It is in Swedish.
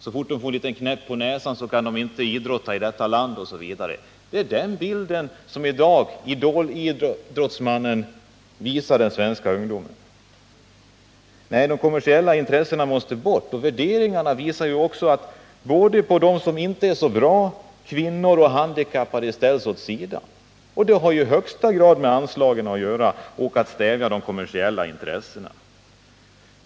Så fort de får en knäpp på näsan kan de inte idrotta här i landet, osv. Det är den bild av sig själv som idolidrottsmannen av i dag visar den svenska ungdomen. Nej, de kommersiella intressena måste bort. Dessa värderingar gör också att de som inte är så bra, kvinnor och handikappade ställs åt sidan. Det har i högsta grad att göra med anslagen och med att stävja de kommersiella intressena.